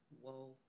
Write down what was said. whoa